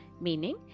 meaning